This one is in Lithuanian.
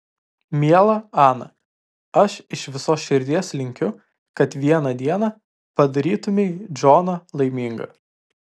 miela ana aš iš visos širdies linkiu kad vieną dieną padarytumei džoną laimingą